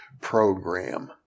program